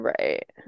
Right